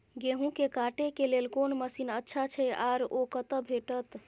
गेहूं के काटे के लेल कोन मसीन अच्छा छै आर ओ कतय भेटत?